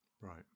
Right